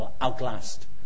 outlast